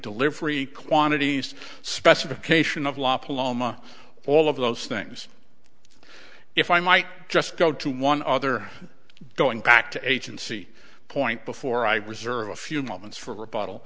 delivery quantities specification of la paloma all of those things if i might just go to one other going back to agency point before i reserve a few moments for abo